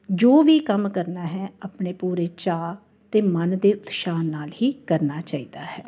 ਜੋ ਵੀ ਕੰਮ ਕਰਨਾ ਹੈ ਆਪਣੇ ਪੂਰੇ ਚਾਅ ਅਤੇ ਮਨ ਦੇ ਉਤਸ਼ਾਹ ਨਾਲ ਹੀ ਕਰਨਾ ਚਾਹੀਦਾ ਹੈ